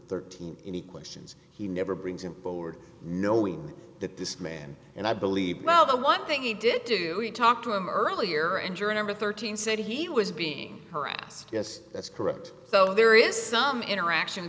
thirteen any questions he never brings empowered knowing that this man and i believe well the one thing he did do we talked to him earlier and you're a number thirteen said he was being harassed yes that's correct though there is some interaction